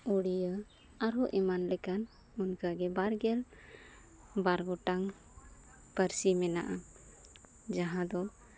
ᱩᱲᱤᱭᱟᱹ ᱟᱨᱦᱚᱸ ᱮᱢᱟᱱ ᱞᱮᱠᱟᱱ ᱚᱱᱠᱟᱜᱮ ᱵᱟᱨᱜᱮᱞ ᱵᱟᱨ ᱜᱚᱴᱟᱝ ᱯᱟᱹᱨᱥᱤ ᱢᱮᱱᱟᱜᱼᱟ ᱡᱟᱦᱟᱸ ᱫᱚ